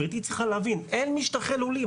גברתי צריכה להבין אין משטחי לולים.